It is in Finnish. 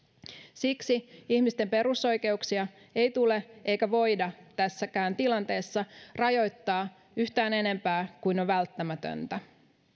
siksi ihmisten perusoikeuksia ei tule eikä voida tässäkään tilanteessa rajoittaa yhtään enempää kuin on välttämätöntä